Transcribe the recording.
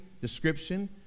Description